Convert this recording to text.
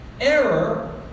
Error